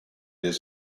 his